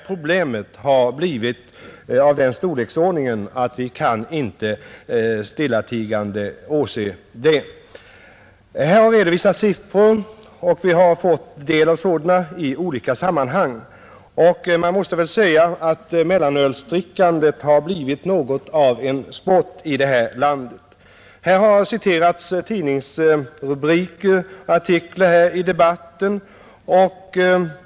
Problemet har blivit av den storleksordningen att vi inte stillatigande kan finna oss i situationen, Siffror har redovisats både här i riksdagen och i andra sammanhang, som visar att mellanölsdrickandet blivit något av en sport här i landet. I debatten i dag har tidningsrubriker och tidningsartiklar citerats.